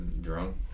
Drunk